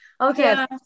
Okay